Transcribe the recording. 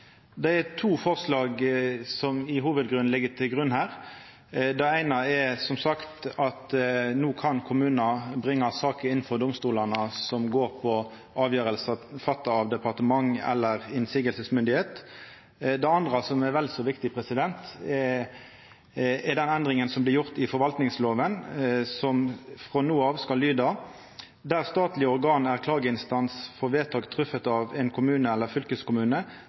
Det er to forslag som i hovudsak ligg til grunn her. Det eine er som sagt at no kan kommunar bringa saker som går på avgjerder fatta av departement eller motsegnsmyndigheit, inn for domstolane. Det andre, som er vel så viktig, er den endringa som blir gjord i forvaltningslova, som frå no skal lyde: «Der statlig organ er klageinstans for vedtak truffet av en kommune eller fylkeskommune,